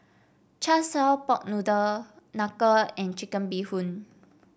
Char Siu pork noodle knuckle and Chicken Bee Hoon